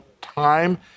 time